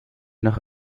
noch